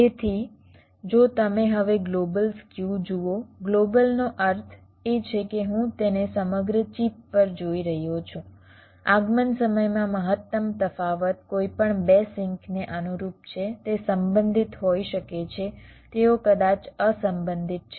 તેથી જો તમે હવે ગ્લોબલ સ્ક્યુ જુઓ ગ્લોબલનો અર્થ એ છે કે હું તેને સમગ્ર ચિપ પર જોઈ રહ્યો છું આગમન સમયમાં મહત્તમ તફાવત કોઈપણ 2 સિંકને અનુરૂપ છે તે સંબંધિત હોઈ શકે છે તેઓ કદાચ અસંબંધિત છે